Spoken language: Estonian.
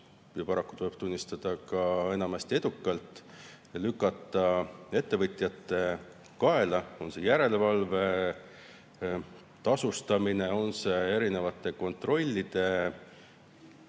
ja paraku tuleb tunnistada, et enamasti edukalt, lükata ettevõtjate kaela, on see järelevalve, tasustamine, on see erinevate kontrollide